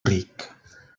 ric